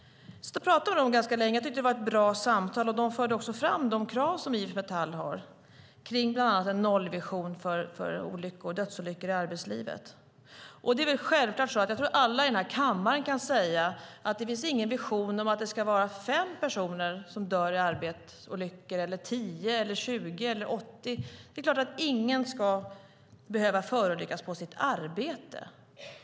Jag pratade med dem ganska länge, och jag tyckte att det var ett bra samtal. De förde också fram de krav som IF Metall har kring bland annat en nollvision för dödsolyckor i arbetslivet. Jag tror att alla i den här kammaren kan säga att det inte finns någon vision om att det ska vara fem, tio, 20 eller 80 personer som dör i arbetsplatsolyckor varje år. Det är klart att ingen ska behöva förolyckas på sitt arbete.